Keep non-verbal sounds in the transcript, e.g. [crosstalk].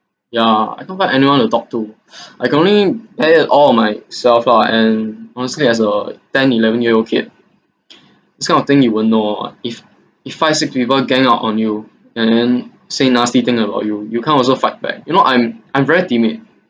ya I can't find anyone to talk to [breath] I can only bear it all on myself lah and honestly as a ten eleven year old kid [breath] this kind of thing you won't know ah if if five six people gang up on you and then say nasty things about you you can't also fight back you know I'm I'm very timid